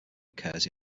occurs